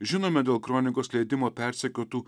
žinomi dėl kronikos leidimo persekiotų